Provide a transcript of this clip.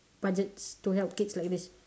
budgets to help kids like this